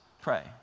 pray